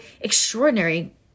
extraordinary